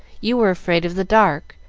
you were afraid of the dark,